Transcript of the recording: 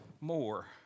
more